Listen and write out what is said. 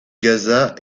gaza